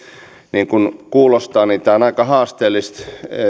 niin kuin kuulostaa tämä asia on aika haasteellista